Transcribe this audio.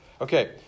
Okay